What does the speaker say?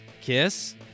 Kiss